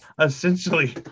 essentially